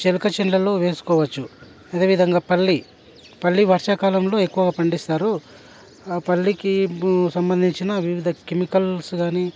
చెలక చేన్లలో వేసుకోవచ్చు అదే విధంగా పల్లి పల్లి వర్షాకాలంలో ఎక్కువగా పండిస్తారు పల్లికి సంబందించిన వివిధ కెమికల్స్ కానీ